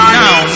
now